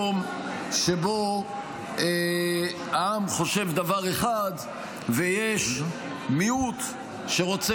במקום שבו העם חושב דבר אחד ויש מיעוט שרוצה